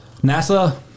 nasa